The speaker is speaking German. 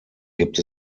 gibt